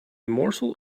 morsel